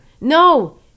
No